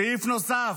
סעיף נוסף,